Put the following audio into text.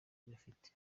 bifite